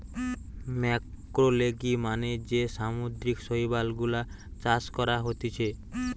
ম্যাক্রোলেগি মানে যে সামুদ্রিক শৈবাল গুলা চাষ করা হতিছে